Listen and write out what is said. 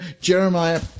Jeremiah